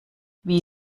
wie